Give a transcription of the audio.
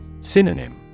Synonym